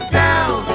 down